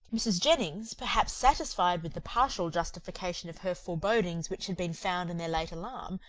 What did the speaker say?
mrs. jennings, perhaps satisfied with the partial justification of her forebodings which had been found in their late alarm,